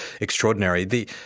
extraordinary